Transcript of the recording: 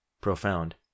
profound